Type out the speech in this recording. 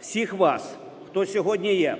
всіх вас, хто сьогодні є,